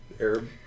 Arab